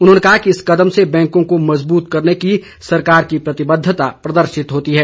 उन्होंने कहा कि इस कदम से बैंको को मज़बूत करने की सरकार की प्रतिबद्धता प्रदर्शित होती है